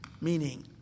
Meaning